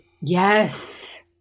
Yes